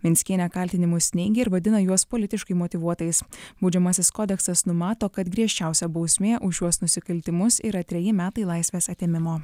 venckienė kaltinimus neigė ir vadina juos politiškai motyvuotais baudžiamasis kodeksas numato kad griežčiausia bausmė už šiuos nusikaltimus yra treji metai laisvės atėmimo